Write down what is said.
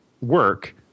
work